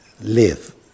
live